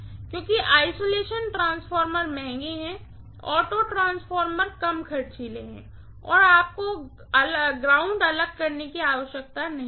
क्योंकि isolation transformer महंगे हैं ऑटो ट्रांसफार्मर कम खर्चीले हैं और आपको ग्राउंड को अलग करने की आवश्यकता नहीं है